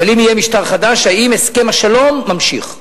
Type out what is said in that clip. אבל אם יהיה משטר חדש, האם הסכם השלום ממשיך.